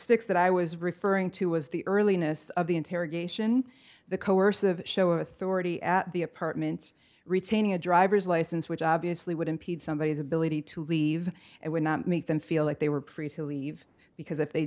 six that i was referring to was the earliness of the interrogation the coercive show authority at the apartments retaining a driver's license which obviously would impede somebody is ability to leave it would not make them feel like they were pretty to leave because if they